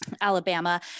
Alabama